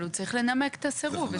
אבל הוא צריך לנמק את הסירוב.